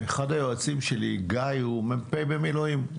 אחד היועצים שלי, גיא, הוא מ"פ במילואים.